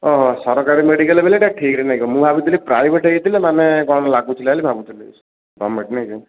ଓହୋ ସରକାରୀ ମେଡ଼ିକାଲ ବେଲେ ଏଇଟା ଠିକ୍ ରେ ଲାଗିବ ମୁଁ ଭାବିଥିଲି ପ୍ରାଇଭେଟ୍ ହେଇଥିଲେ ମାନେ କ'ଣ ଲାଗୁଥିଲା ବୋଲି ଭାବୁଥିଲି ଗଭର୍ଣ୍ଣମେଣ୍ଟ ନାଇ କି